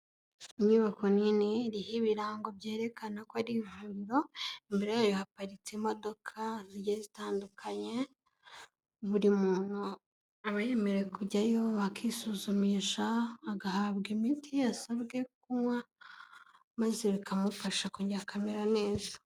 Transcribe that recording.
Inyubako nini iriho ibirango byerekana ko ari ivuriro, imbere yayo haparitse imodoka zigiye zitandukanye, buri muntu aba yemerewe kujyayo akisuzumisha, agahabwa imiti yasabwe kunywa, maze bikamufasha akongera akamera neza.